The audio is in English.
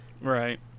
right